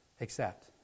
accept